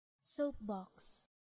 Soapbox